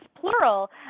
plural